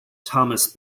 thomas